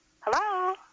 Hello